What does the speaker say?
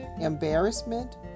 embarrassment